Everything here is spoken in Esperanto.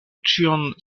ĉion